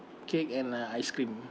cake and uh ice cream